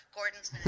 Gordon's